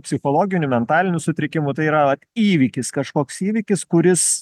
psichologinių mentalinių sutrikimų tai yra vat įvykis kažkoks įvykis kuris